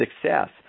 success